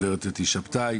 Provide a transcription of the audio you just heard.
אתי שבתאי,